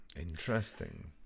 Interesting